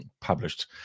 published